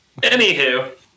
Anywho